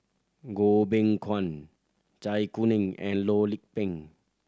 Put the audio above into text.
Goh Beng Kwan Zai Kuning and Loh Lik Peng